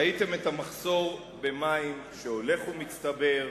ראיתם את המחסור במים שהולך ומצטבר,